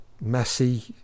Messy